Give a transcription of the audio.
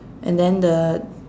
and then the